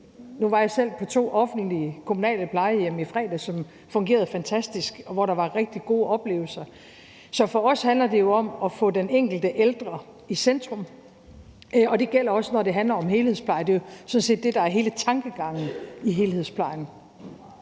Nu var jeg selv på to offentlige, kommunale plejehjem i fredags, som fungerede fantastisk, og hvor der var rigtig gode oplevelser. For os handler det jo om at få den enkelte ældre i centrum, og det gælder også, når det handler om helhedspleje. Det er jo sådan set det, der er hele tankegangen i helhedsplejen.